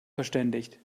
verständigt